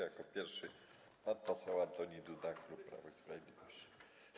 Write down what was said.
Jako pierwszy pan poseł Antoni Duda, klub Prawo i Sprawiedliwość.